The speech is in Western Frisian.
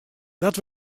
dat